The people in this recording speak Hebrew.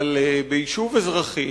אבל ביישוב אזרחי,